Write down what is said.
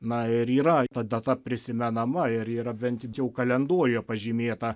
na ir yra ta data prisimenama ir yra bent jau kalendoriuje pažymėta